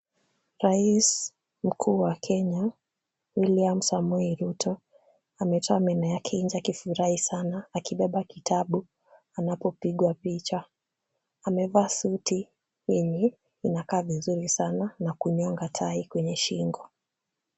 Rais mkuu wa Kenya William Samoei Ruto ametoa meno yake nje akifurahi sana, akibeba kitabu anapopigwa picha. Amevaa suti yenye inakaa vizuri sana na kunyonga tai kwenye shingo.